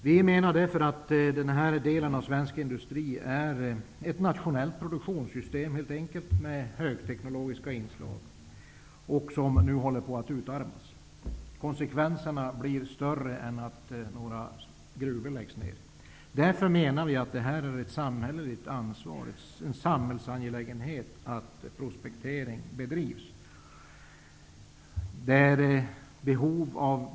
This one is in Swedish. Vi menar därför att denna del av svensk industri utgör ett nationellt produktionssystem med högteknologiska inslag. Det systemet håller på att utarmas. Konsekvenserna blir större än enbart att några gruvor läggs ned. Därför menar vi att det är en samhällsangelägenhet att prospektering bedrivs.